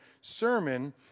sermon